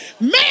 Man